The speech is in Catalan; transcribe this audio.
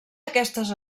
aquestes